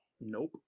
Nope